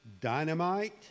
dynamite